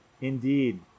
Indeed